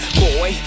boy